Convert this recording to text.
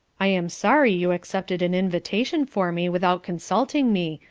i am sorry you accepted an invitation for me, without consulting me,